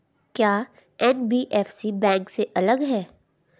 क्या NBFC bank से अलग है?